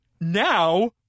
now